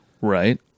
Right